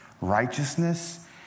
righteousness